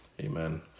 Amen